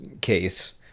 case